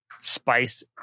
spice